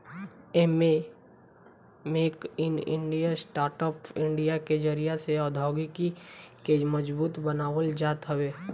एमे make in India, startup India के जरिया से औद्योगिकी के मजबूत बनावल जात हवे